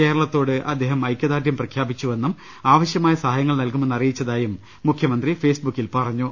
കേരളത്തോട് അദ്ദേഹം ഐകൃദാർഢ്യം പ്രഖ്യാപിച്ചുവെന്നും ആവശൃമായ സഹായങ്ങൾ നൽകു മെന്ന് അറിയിച്ചതായും മുഖ്യമന്ത്രി ഫേസ്ബുക്കിൽ പറഞ്ഞു